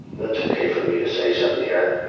that's ok for me to say something here.